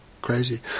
Crazy